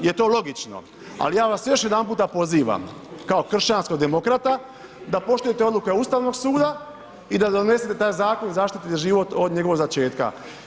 je to logično, ali ja vas još jedanput pozivam, kao kršćanskog demokrata, da poštujete odluke Ustavnog suda i da donesete taj zakon i zaštitite život od njega začetka.